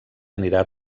anirà